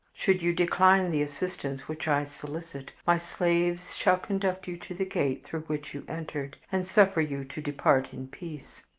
should you decline the assistance which i solicit, my slaves shall conduct you to the gate through which you entered, and suffer you to depart in peace.